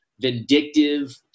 vindictive